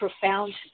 profound